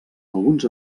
alguns